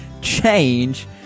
change